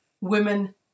Women